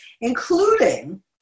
including